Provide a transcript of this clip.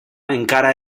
encara